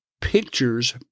pictures